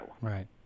Right